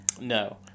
No